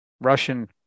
Russian